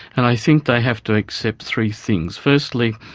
and i think they have to accept three things firstly,